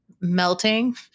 melting